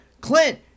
Clint